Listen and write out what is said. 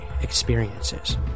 experiences